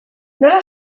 nola